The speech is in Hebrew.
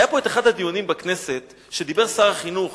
באחד הדיונים בכנסת שר החינוך